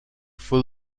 full